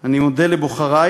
אני מודה לבוחרי,